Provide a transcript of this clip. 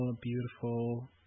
beautiful